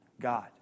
God